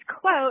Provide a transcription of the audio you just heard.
quote